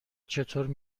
چطور